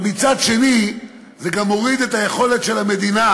אבל מצד שני זה גם הוריד את היכולת של המדינה